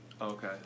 Okay